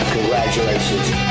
Congratulations